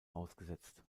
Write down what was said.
ausgesetzt